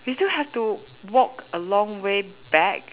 we still have to walk a long way back